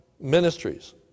ministries